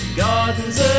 gardens